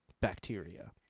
bacteria